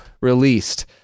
released